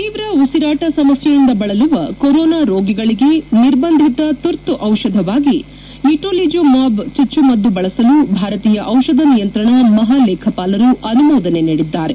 ತೀವ್ರ ಉಸಿರಾಟ ಸಮಸ್ವೆಯಿಂದ ಬಳಲುವ ಕೊರೋನಾ ರೋಗಿಗಳಿಗೆ ನಿರ್ಬಂಧಿತ ತುರ್ತು ದಿಷಧವಾಗಿ ಇಟೊಲಿಜುಮಾಬ್ ಚುಚುಮದ್ದು ಬಳಸಲು ಭಾರತೀಯ ಜಿಷಧ ನಿಯಂತ್ರಣ ಮಹಾಲೇಖಪಾಲರು ಅನುಮೋದನೆ ನೀಡಿದ್ದಾರೆ